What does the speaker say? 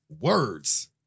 words